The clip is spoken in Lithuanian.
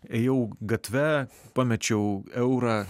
ėjau gatve pamečiau eurą